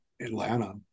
Atlanta